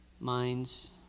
minds